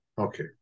Okay